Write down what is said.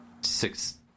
six